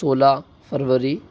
सोलह फरवरी